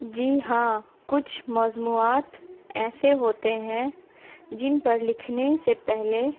جی ہاں کچھ موضوعات ایسے ہوتے ہیں جن پر لکھنے سے پہلے